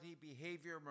behavior